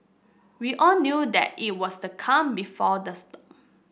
we all knew that it was the calm before the storm